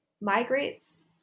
migrates